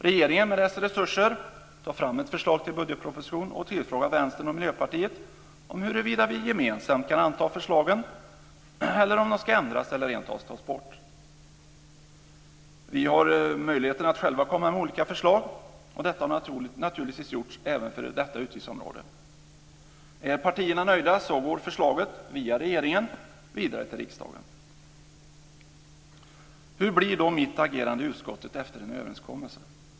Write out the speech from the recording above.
Regeringen med dess resurser tar fram ett förslag till budgetproposition och tillfrågar Vänstern och Miljöpartiet om huruvida vi gemensamt kan anta förslagen, om de ska ändras eller rentav tas bort. Vi har möjligheter att själva komma med olika förslag. Detta har naturligtvis gjorts även för detta utgiftsområde. Är partierna nöjda går förslaget via regeringen vidare till riksdagen. Hur blir då mitt agerande i utskottet efter en överenskommelse?